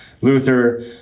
Luther